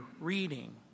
reading